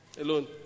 alone